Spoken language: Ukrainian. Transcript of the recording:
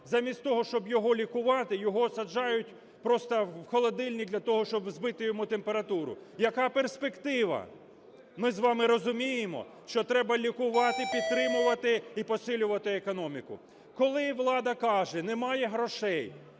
замість того, щоб його лікувати, його саджають просто в холодильник для того, щоб збити йому температуру. Яка перспектива? Ми з вами розуміємо, що треба лікувати, підтримувати і посилювати економіку. Коли влада каже "немає грошей",